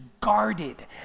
guarded